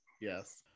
yes